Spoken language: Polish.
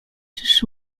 czyż